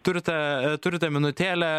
turite turite minutėlę